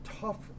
tough